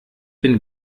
bin